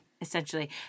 essentially